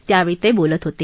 त्यावेळी ते बोलत होते